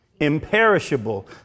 Imperishable